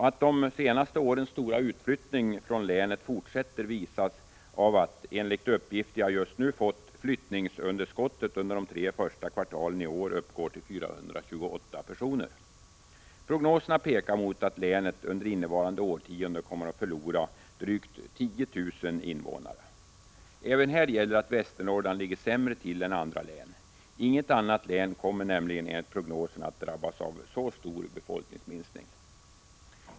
Att de senaste årens utflyttning från länet fortsätter visas av att — enligt uppgift som jag helt nyss fått — flyttningsunderskottet under de tre första kvartalen i år uppgår till 428 personer. Prognoserna pekar mot att länet under innevarande årtionde kommer att förlora drygt 10 000 invånare. Även här gäller att Västernorrland ligger sämre till än andra län. Inget annat län kommer nämligen enligt prognosen att drabbas av en så stor befolkningsminskning.